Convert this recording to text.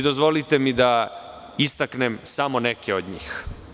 Dozvolite mi da istaknem samo neke od njih.